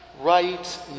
Right